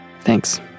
Thanks